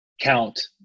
count